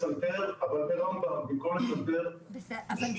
מצנתר אבל ברמב"ם במקום לצנתר אצלנו.